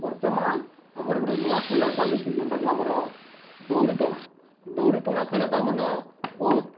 ବର୍ତ୍ତମାନ ଆମର ଗୋଟେ ନୂଆ ଖେଲ ଚାଲିସି ଯେନ୍ଟାକି ଆମର ଦୌଡ଼ି ଟଣା ଦୌଡ଼ି ଟଣା ଖେଳ ତାର ମାନେ ବହୁତ